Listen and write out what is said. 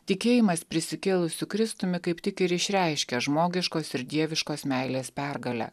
tikėjimas prisikėlusiu kristumi kaip tik ir išreiškia žmogiškos ir dieviškos meilės pergalę